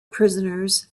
prisoners